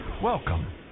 Welcome